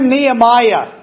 Nehemiah